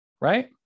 right